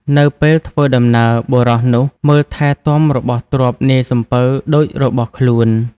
នៅពេលធ្វើដំណើរ បុរសនោះមើលថែទាំរបស់ទ្រព្យនាយសំពៅដូចរបស់ខ្លួន។